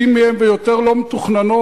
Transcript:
חצי מהן ויותר לא מתוכננות,